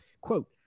Quote